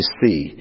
see